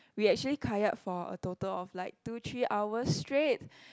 we actually kayak for a total of like two three hours straight